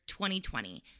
2020